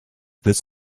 this